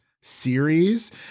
series